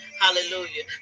hallelujah